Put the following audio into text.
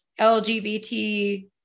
LGBT